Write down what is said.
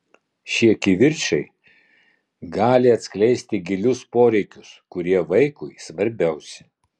šie kivirčai gali atskleisti gilius poreikius kurie vaikui svarbiausi